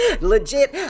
Legit